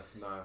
no